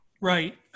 right